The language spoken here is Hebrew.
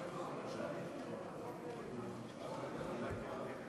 גם הצעת החוק הזאת לא התקבלה.